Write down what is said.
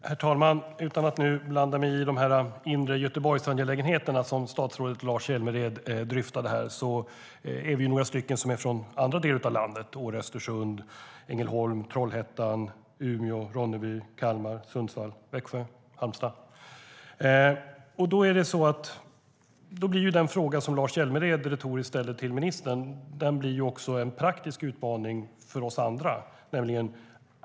Herr talman! Utan att blanda mig i de inre Göteborgsangelägenheter som statsrådet och Lars Hjälmered dryftade här vill jag säga att vi är några stycken här som är från andra delar av landet, till exempel Åre, Östersund, Ängelholm, Trollhättan, Umeå, Ronneby, Kalmar, Sundsvall, Växjö och Halmstad. Den fråga som Lars Hjälmered retoriskt ställer till ministern blir också en praktisk utmaning för oss andra.